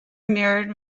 mirrored